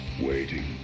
Waiting